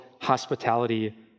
hospitality